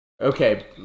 Okay